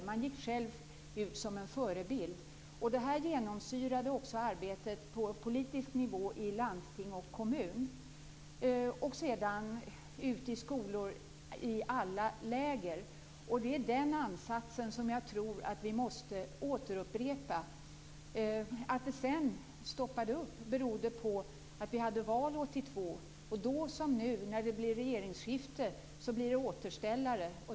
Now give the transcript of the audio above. Man gick själva ut som förebilder. Detta genomsyrade också arbetet på den politiska nivån i landsting och kommuner, och sedan gick man ut skolor i alla läger. Det är den ansatsen som jag tror att vi måste återupprepa. Att det sedan stannade av berodde på att vi hade val 1982. Då som nu när det blir regeringsskifte blir det återställare.